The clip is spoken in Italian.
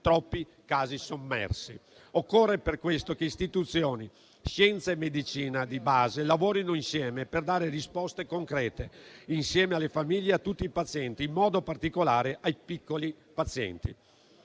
troppi, i casi sommersi. Occorre per questo che istituzioni, scienza e medicina di base lavorino insieme per dare risposte concrete, alle famiglie e a tutti i pazienti, in modo particolare ai piccoli pazienti.